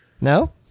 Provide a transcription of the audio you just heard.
No